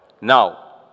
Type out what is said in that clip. Now